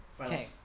Okay